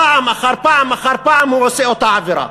פעם אחר פעם אחר פעם הוא עושה אותה עבירה.